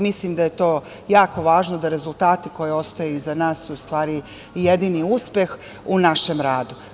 Mislim da je jako važno da su rezultati koji ostaju iza nas u stvari i jedini uspeh u našem radu.